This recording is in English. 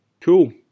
Cool